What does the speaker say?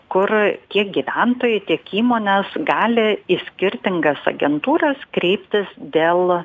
kur tiek gyventojai tiek įmonės gali į skirtingas agentūras kreiptis dėl